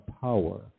power